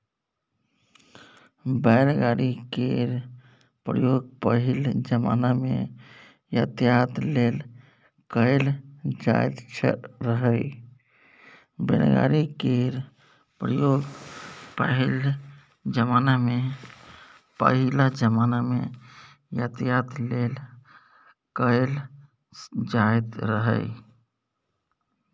बैलगाड़ी केर प्रयोग पहिल जमाना मे यातायात लेल कएल जाएत रहय